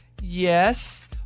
Yes